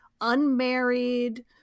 unmarried